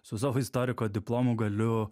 su savo istoriko diplomu galiu